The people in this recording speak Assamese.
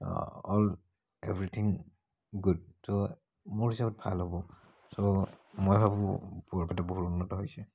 অল এভ্ৰিথিং গুড তো মোৰ হিচাপত ভাল হ'ব ছ' মই ভাবোঁ বৰপেটা বহুত উন্নত হৈছে